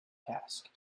task